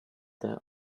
their